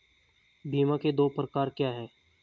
बीमा के दो प्रकार क्या हैं?